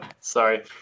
Sorry